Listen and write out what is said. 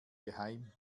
geheim